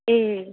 ए